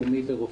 ברופאים.